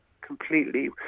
completely